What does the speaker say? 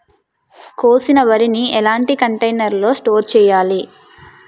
కోసిన వరిని ఎలాంటి కంటైనర్ లో స్టోర్ చెయ్యాలి?